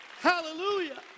Hallelujah